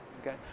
okay